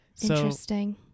Interesting